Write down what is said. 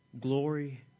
Glory